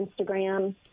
Instagram